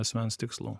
asmens tikslų